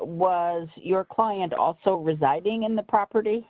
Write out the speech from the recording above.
was your client also residing in the property